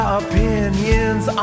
opinions